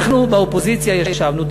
אנחנו באופוזיציה ישבנו,